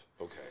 Okay